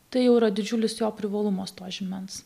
tai jau yra didžiulis jo privalumas to žymens